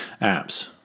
apps